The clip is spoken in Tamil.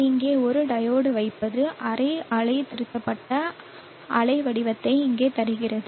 இங்கே ஒரு டையோடு வைப்பது அரை அலை திருத்தப்பட்ட அலைவடிவத்தை இங்கே தருகிறது